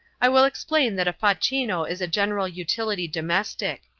i will explain that a facchino is a general-utility domestic.